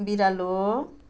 बिरालो